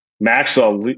Maxwell